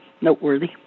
noteworthy